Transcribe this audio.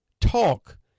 talk